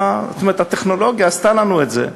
זאת אומרת, הטכנולוגיה עשתה לנו את זה.